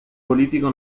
político